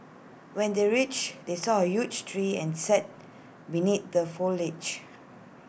when they reached they saw A huge tree and sat beneath the foliage